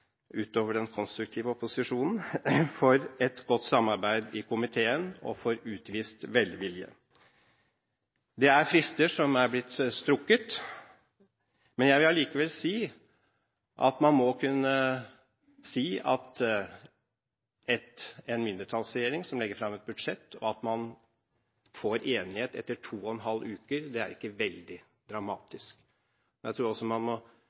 utover den konstruktive opposisjonen, for et godt samarbeid i komiteen og for utvist velvilje. Det er frister som er blitt strukket, men jeg vil allikevel si at man må kunne si at når en mindretallsregjering legger fram et budsjett og man får enighet etter to og en halv uke, er ikke veldig dramatisk. Jeg tror også man må